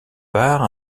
part